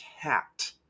cat